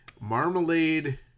marmalade